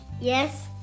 Yes